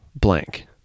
blank